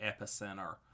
epicenter